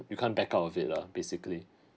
you can't back out of it lah basically